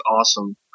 awesome